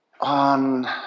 on